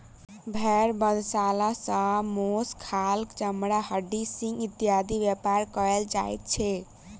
भेंड़ बधशाला सॅ मौस, खाल, चमड़ा, हड्डी, सिंग इत्यादिक व्यापार कयल जाइत छै